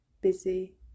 busy